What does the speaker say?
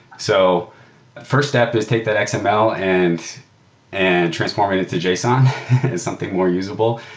so first step is take that xml and and transforming it to json is something more usable.